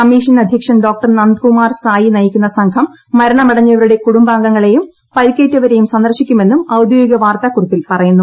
commission അധ്യക്ഷൻ Dr Nandakumar Sai നയിക്കുന്ന സംഘം മരണമടഞ്ഞവരുടെ കുടുംബാംഗങ്ങളേയും പരിക്കേറ്റവരേയും സന്ദർശിക്കുമെന്നും ഔദ്യോഗക വാർത്താ കുറിപ്പിൽ പറയുന്നു